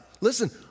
Listen